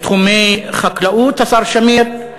בתחומי חקלאות, השר שמיר,